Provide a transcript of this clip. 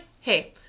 Hey